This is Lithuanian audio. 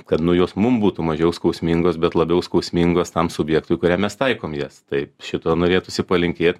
kad nu jos mum būtų mažiau skausmingos bet labiau skausmingos tam subjektui kuriam mes taikome jas tai šito norėtųsi palinkėt